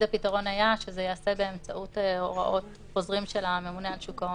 הפתרון היה שזה ייעשה באמצעות חוזרים של הממונה על שוק ההון,